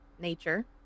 nature